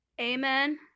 Amen